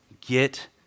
Get